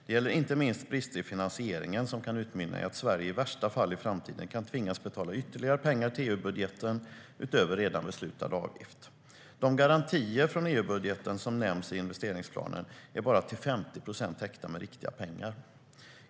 Det gäller inte minst brister i finansieringen, som kan utmynna i att Sverige i värsta fall i framtiden kan tvingas betala ytterligare pengar till EU-budgeten utöver redan beslutad avgift.De garantier från EU-budgeten som nämns i investeringsplanen är bara till 50 procent täckta med riktiga pengar.